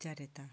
उच्चार येता